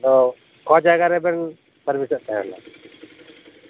ᱛᱳ ᱚᱠᱟ ᱡᱟᱭᱜᱟ ᱨᱮᱵᱮᱱ ᱥᱟᱨᱵᱷᱤᱥᱮᱫ ᱛᱟᱦᱮᱱᱟ